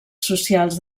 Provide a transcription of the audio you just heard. socials